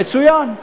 מצוין.